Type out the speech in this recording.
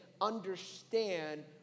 understand